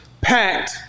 packed